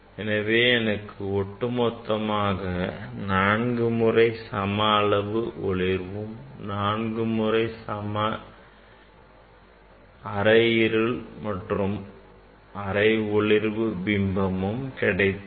எனவே எனக்கு ஒட்டு மொத்தமாக நான்கு முறை சம அளவு ஒளிர்வும் நான்கு முறை அரை இருள் மற்றும் அரை ஒளிர்வு பிம்பமும் கிடைத்தன